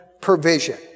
provision